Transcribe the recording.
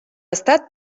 estat